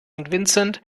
vincent